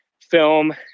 film